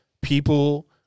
people